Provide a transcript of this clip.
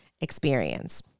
experience